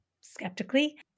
skeptically